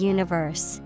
Universe